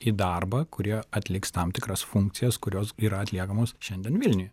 į darbą kurie atliks tam tikras funkcijas kurios yra atliekamos šiandien vilniuje